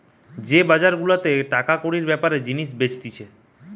যে বাজার গুলাতে টাকা কড়ির বেপারে জিনিস বেচতিছে